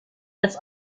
als